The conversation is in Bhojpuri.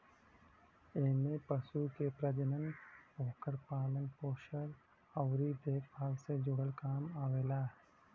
एमे पशु के प्रजनन, ओकर पालन पोषण अउरी देखभाल से जुड़ल काम आवेला